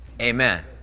amen